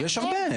יש הרבה.